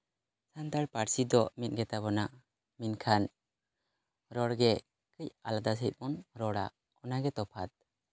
ᱥᱟᱱᱛᱟᱲ ᱯᱟᱹᱨᱥᱤ ᱫᱚ ᱢᱤᱫ ᱜᱮᱛᱟᱵᱚᱱᱟ ᱢᱮᱱᱠᱷᱟᱱ ᱨᱚᱲᱜᱮ ᱠᱟᱹᱡ ᱟᱞᱟᱫᱟ ᱥᱟᱹᱦᱤᱡ ᱵᱚᱱ ᱨᱚᱲᱟ ᱚᱱᱟᱜᱮ ᱛᱚᱯᱷᱟᱛ